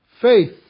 Faith